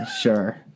Sure